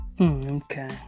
okay